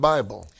Bible